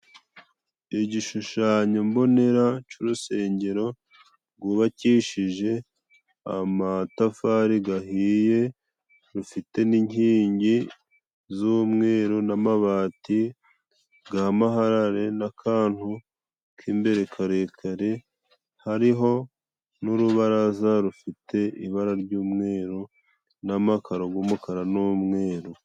Igishushanyo mbonera c'urusengero gubakishije amatafari gahiye, rufite n'inkingi z'umweru n'amabati ga maharare n'akantu k'imbere karekare, hariho n'urubaraza rufite ibara ry'umweru n'amakaro g'umukara n'umweru.